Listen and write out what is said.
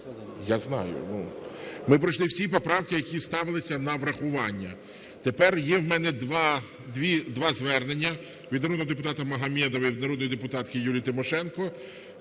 Я знаю. Ми пройшли всі поправки, які ставилися на врахування. Тепер є в мене два звернення: від народного депутата Магомедова і від народної депутатки Юлії Тимошенко.